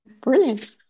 Brilliant